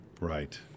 Right